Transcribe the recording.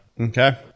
okay